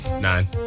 Nine